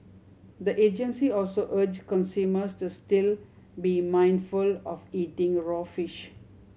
the agency also urge consumers to still be mindful of eating raw fish